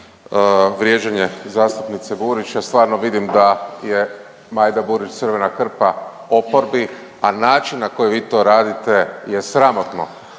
Vrijeđanje zastupnice Burić. Ja stvarno vidim da je Majda Burić crvena krpa oporbi, a način na koji vi to radite je sramotno.